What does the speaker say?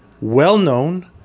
Well-known